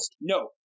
No